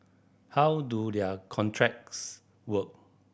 how do their contracts work